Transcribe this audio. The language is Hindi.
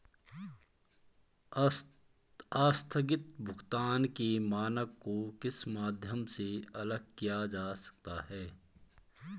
आस्थगित भुगतान के मानक को किस माध्यम से अलग किया जा सकता है?